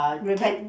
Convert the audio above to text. ribbon